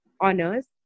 honors